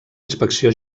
inspecció